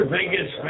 Vegas